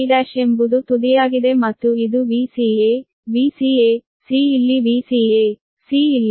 Vab ಎಂಬುದು ತುದಿಯಾಗಿದೆ ಮತ್ತು ಇದು Vca Vca c ಇಲ್ಲಿ Vca c ಇಲ್ಲಿದೆ